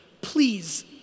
please